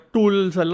Tools